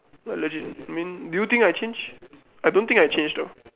legit I mean do you think I changed I don't think I change though